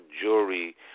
jury